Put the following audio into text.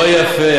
לא יפה.